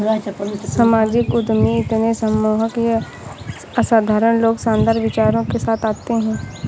सामाजिक उद्यमी इतने सम्मोहक ये असाधारण लोग शानदार विचारों के साथ आते है